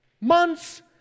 months